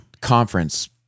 conference